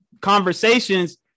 conversations